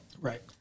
Right